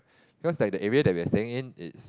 because like the area that we're staying in is